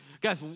Guys